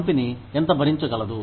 company ఎంత భరించగలదు